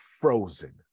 frozen